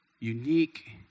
unique